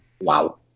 Wow